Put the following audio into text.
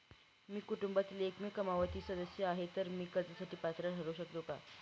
मी कुटुंबातील एकमेव कमावती सदस्य आहे, तर मी कर्जासाठी पात्र ठरु शकतो का?